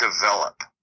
develop